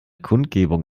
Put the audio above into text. kundgebung